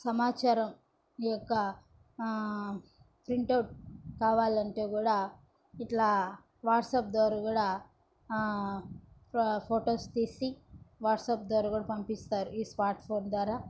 సమాచారం యొక్క print out కావాలంటే కూడా ఇట్లా వాట్సాప్ ద్వారా కూడా ఫొ ఫొటోస్ తీసి వాట్సాప్ ద్వారా కూడా పంపిస్తారు ఈ స్మార్ట్ ఫోన్ ద్వారా